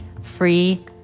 free